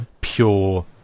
pure